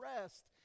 rest